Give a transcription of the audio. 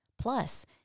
Plus